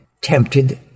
tempted